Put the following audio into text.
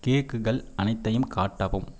கேக்குகள் அனைத்தையும் காட்டவும்